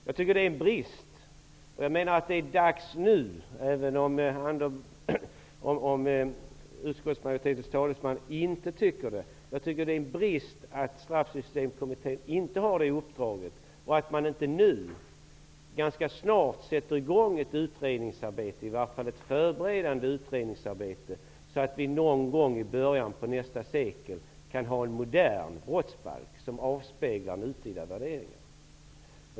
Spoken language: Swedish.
Jag tycker att det är en brist, även om utskottsmajoritetens talesman inte tycker det, att Straffsystemkommittén inte har fått det uppdraget och att man inte nu ganska snart sätter i gång ett utredningsarbete eller i vart fall ett förberedande utredningsarbete, så att vi någon gång i början av nästa sekel kan få en modern brottsbalk som avspeglar nutida värderingar.